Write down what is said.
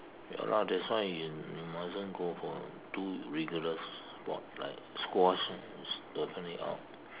ya lah that's why you you mustn't go for too rigorous sport like squash is definitely out